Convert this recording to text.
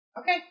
Okay